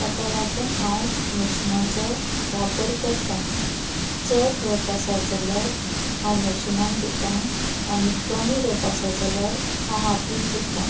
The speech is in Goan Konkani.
ताका लागून हांव मशिनाचो वापर करतां चड रोप आसा जाल्यार हांव मशिनान धुतां आनी कमी रोप आसा जाल्यार हांव हातीन धुतां